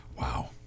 wow